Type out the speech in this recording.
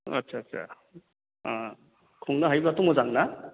आथ्सा आथ्सा अ खुंनो हायोब्लाथ' मोजां ना